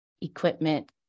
equipment